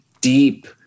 deep